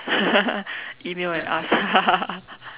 email and ask